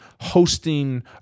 hosting